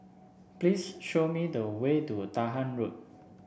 please show me the way to Dahan Road